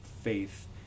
faith